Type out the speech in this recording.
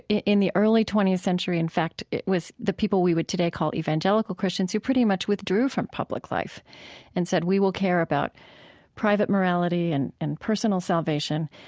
in the early twentieth century, in fact, it was the people we would today call evangelical christians who pretty much withdrew from public life and said we will care about private morality and and personal salvation.